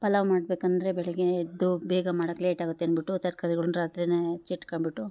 ಪಲಾವ್ ಮಾಡಬೇಕಂದ್ರೆ ಬೆಳಗ್ಗೆ ಎದ್ದು ಬೇಗ ಮಾಡೋಕ್ ಲೇಟ್ ಆಗುತ್ತೆ ಅಂದ್ಬಿಟ್ಟು ತರಕಾರಿಗಳ್ನ ರಾತ್ರಿ ಹೆಚ್ಚಿಟ್ಟೊಂಬಿಟ್ಟು